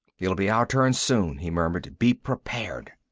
it'll be our turn, soon, he murmured. be prepared.